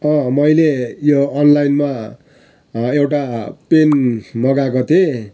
मैले यो अनलाइनमा एउटा प्यान्ट मगाएको थिएँ